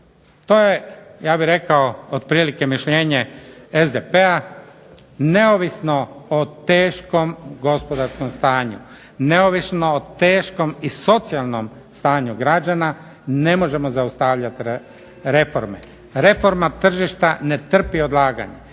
to je ja bih rekao otprilike mišljenje SDP-a neovisno o teškom gospodarskom stanju, neovisno o teškom i socijalnom stanju građana ne možemo zaustavljati reforme. Reforma tržišta ne trpi odlaganje,